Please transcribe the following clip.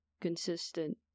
consistent